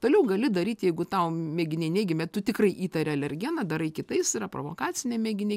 toliau gali daryti jeigu tau mėginiai neigiami tu tikrai įtari alergeną darai kitais yra provokaciniai mėginiai